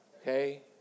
okay